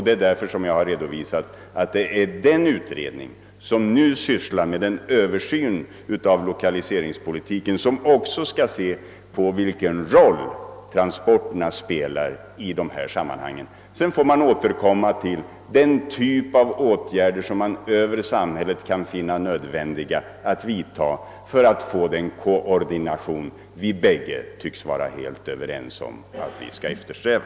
Det är därför jag ansett att den utredning som nu sysslar med en översyn av lokaliseringspolitiken också bör undersöka vilken roll transporterna spelar i detta sammanhang. Därefter får man diskutera vilka åtgärder samhället bör vidta för att åstadkomma den koordination som herr Sellgren och jag tycks vara överens om att vi bör eftersträva.